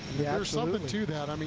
yeah there's something to that. i mean